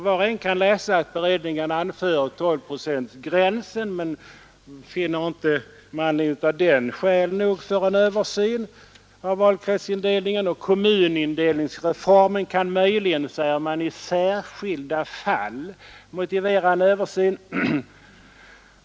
Var och en kan läsa att beredningen anför tolvprocentsgränsen men inte med anledning av den finner skäl nog för en översyn av valkretsindelningen. Kommmunindelningsreformen kan möjligen, säger man, ”i särskilda fall” motivera en översyn.